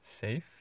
Safe